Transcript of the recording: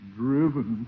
driven